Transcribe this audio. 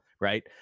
right